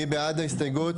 הסתייגות